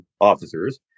officers